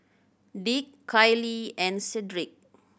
Dick Kailee and Cedric